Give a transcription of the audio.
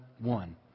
one